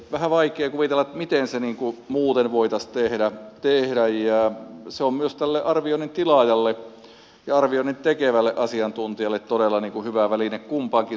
vähän vaikea kuvitella miten se muuten voitaisiin tehdä ja se on myös tälle arvioinnin tilaajalle ja arvioinnin tekevälle asiantuntijalle todella hyvä väline kumpaankin suuntaan